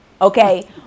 Okay